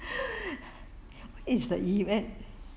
is the event